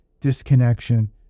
disconnection